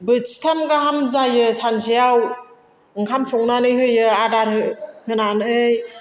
बोथिथाम गाहाम जायो सानसेयाव ओंखाम संनानै होयो आदार होनानै